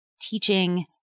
teaching